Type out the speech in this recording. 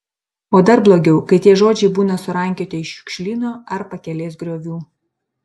o dar blogiau kai tie žodžiai būna surankioti iš šiukšlyno ar pakelės griovių